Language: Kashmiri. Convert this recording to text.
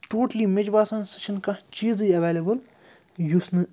ٹوٹلی مےٚ چھِ باسان سُہ چھِنہٕ کانٛہہ چیٖزٕے اٮ۪وٮ۪لیبٕل یُس نہٕ